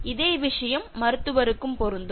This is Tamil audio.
இதே விஷயம் மருத்துவருக்கும் பொருந்தும்